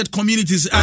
Communities